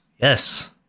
Yes